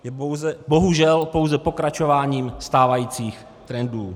Je to bohužel pouze pokračování stávajících trendů.